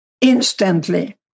instantly